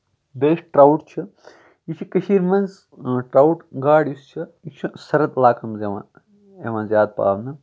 بیٚیہِ یُس ٹراوُٹ چھُ یہِ چھُ کٔشیٖر منٛز ٹراوُٹ گاڈ یُس چھِ یہِ چھُ سَرٕد علاقن منٛز یِوان یِوان زیادٕ پالنہٕ